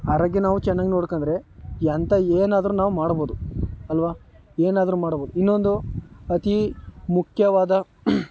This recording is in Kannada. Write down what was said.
ಆರೋಗ್ಯ ನಾವು ಚೆನ್ನಾಗಿ ನೋಡಿಕೊಂಡ್ರೆ ಎಂತ ಏನಾದರು ನಾವು ಮಾಡ್ಬೋದು ಅಲ್ವ ಏನಾದರೂ ಮಾಡ್ಬೋದು ಇನ್ನೊಂದು ಅತಿ ಮುಖ್ಯವಾದ